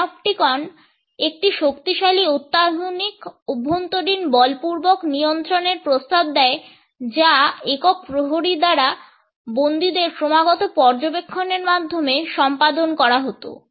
Panopticon একটি শক্তিশালী অত্যাধুনিক অভ্যন্তরীণ বলপূর্বক নিয়ন্ত্রণের প্রস্তাব দেয় যা একক প্রহরী দ্বারা বন্দীদের ক্রমাগত পর্যবেক্ষণের মাধ্যমে সম্পাদন করা হতো